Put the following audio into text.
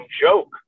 joke